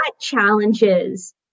challenges